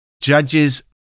Judges